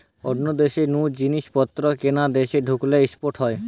অন্য দেশ নু জিনিস পত্র কোন দেশে ঢুকলে ইম্পোর্ট হয়